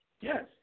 yes